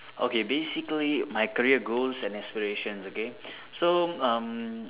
okay basically my career goals and aspirations okay so um